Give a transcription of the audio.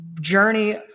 journey